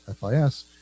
FIS